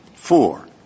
Four